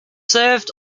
served